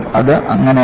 അത് അങ്ങനെയല്ല